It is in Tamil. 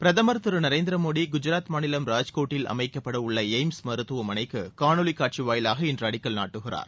பிரதமர் திரு நரேநத்திர மோடி குஜராத் மாநிலம் ராஜ்கோட்டில் அமைக்கப்படவுள்ள எய்ம்ஸ் மருத்துவமனைக்கு காணொலி காட்சி வாயிலாக இன்று அடிக்கல் நாட்டுகிறார்